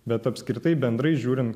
bet apskritai bendrai žiūrint